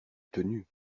tenue